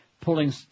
pulling